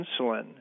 insulin